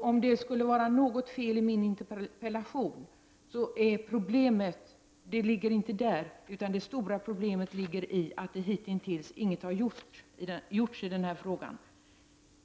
Om det skulle vara något fel i min interpellation ligger problemet ändå inte där, utan det stora problemet ligger i att det hitintills inte har gjorts någonting i denna fråga.